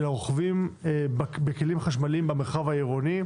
הרוכבים בכלים חשמליים במרחב העירוני,